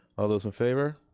all those in favor?